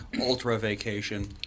ultra-vacation